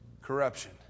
Corruption